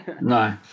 no